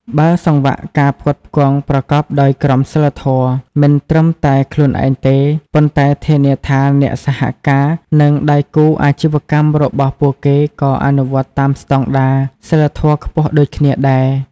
បើសង្វាក់ការផ្គត់ផ្គង់ប្រកបដោយក្រមសីលធម៌ មិនត្រឹមតែខ្លួនឯងទេ ប៉ុន្តែធានាថាអ្នកសហការ និងដៃគូអាជីវកម្មរបស់ពួកគេក៏អនុវត្តតាមស្តង់ដារសីលធម៌ខ្ពស់ដូចគ្នាដែរ ។